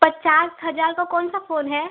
पचास हज़ार का कौन सा फ़ोन है